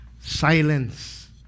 Silence